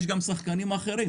ויש גם שחקנים אחרים.